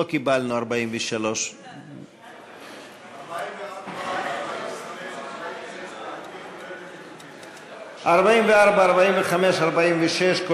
לא קיבלנו 43. 44, 45, 46, מוסרות.